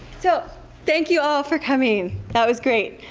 so thank you all for coming! that was great!